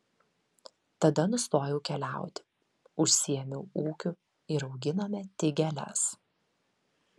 tada nustojau keliauti užsiėmiau ūkiu ir auginome tik gėles